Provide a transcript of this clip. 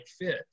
fit